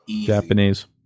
Japanese